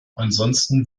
ansonsten